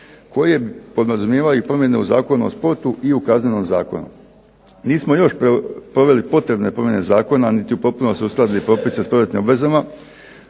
koje podrazumijevaju promjene u Zakonu o sportu i u Kaznenom zakonu. Nismo još proveli potrebne promjene zakona, niti u potpunosti uskladili propise s ... obvezama,